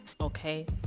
okay